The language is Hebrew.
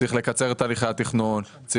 לקצר את הליכי התכנון,